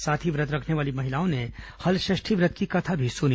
साथ ही व्रत रखने वाली महिलाओं ने हलषष्ठी व्रत की कथा भी सुनी